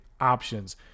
options